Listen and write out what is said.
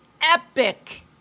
epic